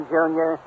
Junior